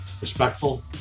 respectful